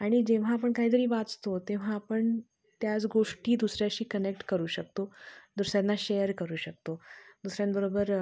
आणि जेव्हा आपण काहीतरी वाचतो तेव्हा आपण त्याच गोष्टी दुसऱ्याशी कनेक्ट करू शकतो दुसऱ्यांना शेअर करू शकतो दुसऱ्यांबरोबर